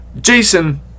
Jason